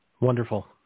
Wonderful